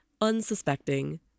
unsuspecting